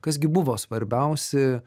kas gi buvo svarbiausi